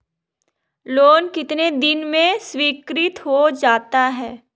Loan कितने दिन में स्वीकृत हो जाता है?